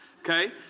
okay